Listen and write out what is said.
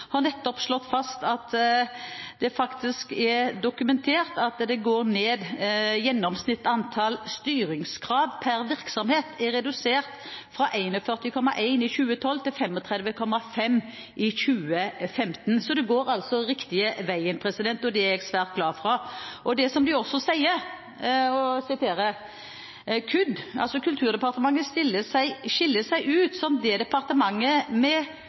at gjennomsnittlig antall styringskrav per virksomhet er redusert fra 41,1 i 2012 til 35,5 i 2015. Det går altså riktig vei, og det er jeg svært glad for. De sier også: «KUD» – altså Kulturdepartementet – «skiller seg ut som det departementet med